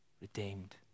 redeemed